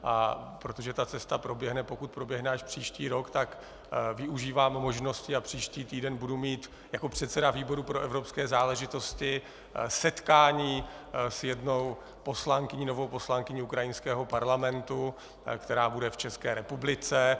A protože ta cesta proběhne, pokud proběhne, až příští rok, tak využívám možnosti a příští týden budu mít jako předseda výboru pro evropské záležitosti setkání s jednou novou poslankyní ukrajinského parlamentu, která bude v České republice.